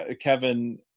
kevin